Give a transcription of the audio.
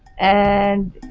and